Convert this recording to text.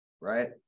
right